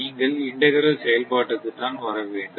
நீங்கள் இன்டெக்ரல் செயல்பாட்டுக்கு தான் வர வேண்டும்